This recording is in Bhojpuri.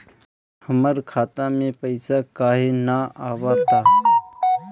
हमरा खाता में पइसा काहे ना आव ता?